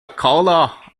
collar